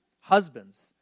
Husbands